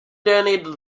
donated